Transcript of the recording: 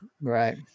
right